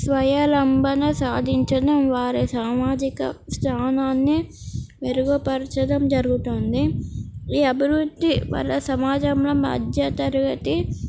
స్వాలంబన సాధించడం వారి సామాజిక స్థానాన్ని మెరుగుపరచడం జరుగుతోంది ఈ అభివృద్ధి వల్ల సమాజంలో మధ్య తరగతి